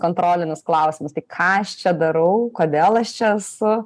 kontrolinius klausimus tai ką aš čia darau kodėl aš čia esu